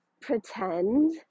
pretend